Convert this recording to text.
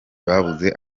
babuze